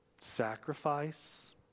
sacrifice